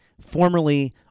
formerly